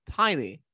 tiny